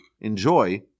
enjoy